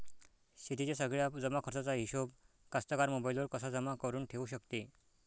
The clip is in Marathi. शेतीच्या सगळ्या जमाखर्चाचा हिशोब कास्तकार मोबाईलवर कसा जमा करुन ठेऊ शकते?